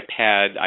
iPad